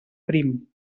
prim